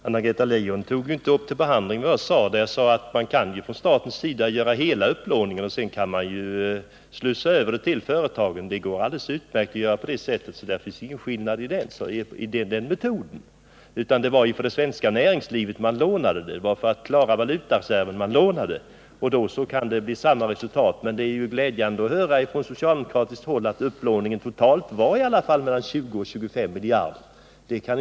Herr talman! Anna-Greta Leijon berörde inte vad jag sade. Jag sade att staten kan göra hela upplåningen, varefter pengarna kan slussas över till företagen. Det går att göra på det sättet, så här finns det ingen skillnad. Man lånade ju pengarna för det svenska näringslivet och för att klara valutareserven. Det är emellertid glädjande att från socialdemokratiskt håll höra erkännandet att upplåningen totalt uppgick till mellan 20 och 25 miljarder.